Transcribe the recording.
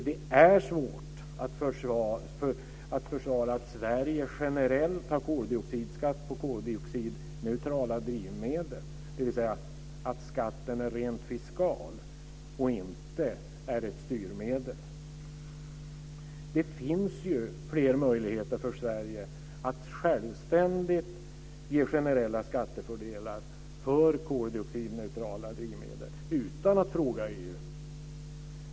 Det är svårt att försvara att Sverige generellt har koldioxidskatt på koldioxidneutrala drivmedel, dvs. att skatten är rent fiskal och inte ett styrmedel. Det finns ju fler möjligheter för Sverige att självständigt ge generella skattefördelar för koldioxidneutrala drivmedel utan att fråga EU.